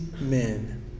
men